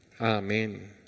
Amen